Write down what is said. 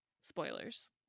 spoilers